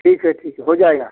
ठीक है ठीक है हो जाएगा